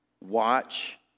Watch